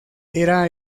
era